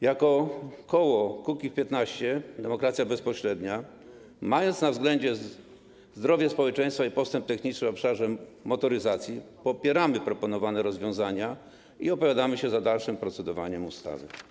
Jako koło Kukiz’15 - Demokracja Bezpośrednia, mając na względzie zdrowie społeczeństwa i postęp techniczny w obszarze motoryzacji, popieramy proponowane rozwiązania i opowiadamy się za dalszym procedowaniem nad ustawą.